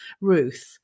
Ruth